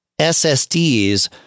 SSDs